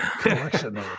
collection